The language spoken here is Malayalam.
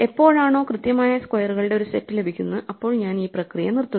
എപ്പോഴാണോ കൃത്യമായ സ്ക്വയറുകളുടെ ഒരു സെറ്റ് ലഭിക്കുന്നത് അപ്പോൾ ഞാൻ ഈ പ്രക്രിയ നിർത്തുന്നു